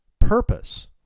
purpose